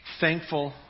thankful